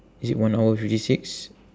is it one hour fifty six